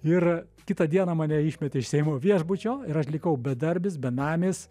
ir kitą dieną mane išmetė iš seimo viešbučio ir aš likau bedarbis benamis